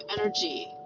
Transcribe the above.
energy